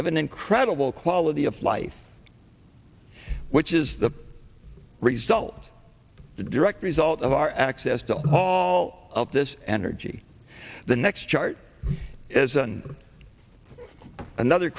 have an incredible quality of life which is the result of the direct result of our access to all of this energy the next chart isn't another